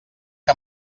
que